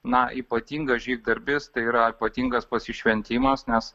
na ypatingas žygdarbis tai yra ypatingas pasišventimas nes